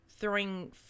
Throwing